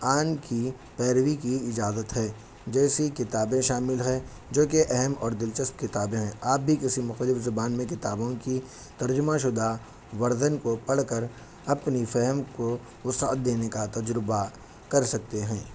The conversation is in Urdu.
آن کی پیروی کی اجازت ہے جیسی کتابیں شامل ہیں جو کہ اہم اور دلچسپ کتابیں ہیں آپ بھی کسی مختلف زبان میں کتابوں کی ترجمہ شدہ ورزن کو پڑھ کر اپنی فہم کو وسعت دینے کا تجربہ کر سکتے ہیں